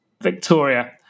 Victoria